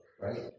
right